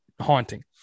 haunting